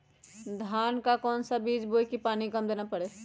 धान का कौन सा बीज बोय की पानी कम देना परे?